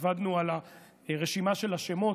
עבדנו על הרשימה של השמות,